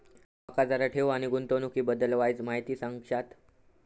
माका जरा ठेव आणि गुंतवणूकी बद्दल वायचं माहिती सांगशात?